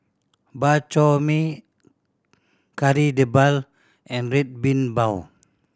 Bak Chor Mee Kari Debal and Red Bean Bao